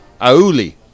Auli